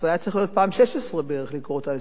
כבר היה צריך להיות הפעם ה-16 בערך לקרוא אותה לסדר.